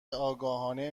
آگاهانه